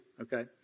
okay